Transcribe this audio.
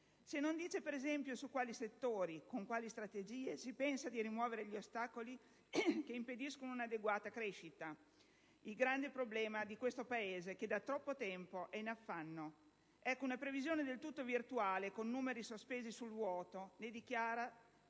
se non dice, per esempio, su quali settori, con quali strategie, si pensa di rimuovere gli ostacoli che impediscono un'adeguata crescita. Il grande problema di questo Paese è che da troppo tempo è in affanno. Una previsione del tutto virtuale, con numeri sospesi nel vuoto, rende